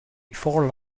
before